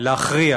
להכריע